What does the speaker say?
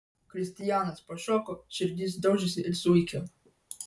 kristijanas pašoko širdis daužėsi it zuikio